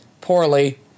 poorly